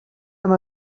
amb